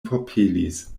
forpelis